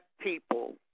people